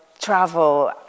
travel